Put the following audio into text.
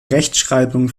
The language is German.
rechtschreibung